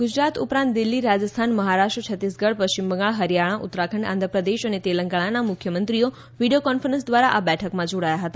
ગુજરાત ઉપરાંત દિલ્હી રાજસ્થાન મહારાષ્ટ્ર છત્તીસગઢ પશ્ચિમ બંગાળ હરિયાણા ઉત્તરાખંડ આંધ્રપ્રદેશ અને તેલંગાણાના મુખ્યમંત્રીઓ વિડીયો કોન્ફરન્સ દ્વારા આ બેઠકમાં જોડાયા હતા